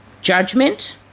judgment